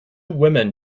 women